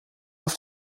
auf